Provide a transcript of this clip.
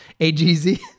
AGZ